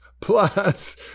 plus